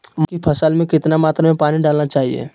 मूंग की फसल में कितना मात्रा में पानी डालना चाहिए?